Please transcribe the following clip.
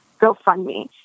GoFundMe